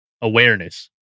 awareness